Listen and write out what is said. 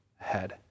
ahead